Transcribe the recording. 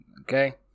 okay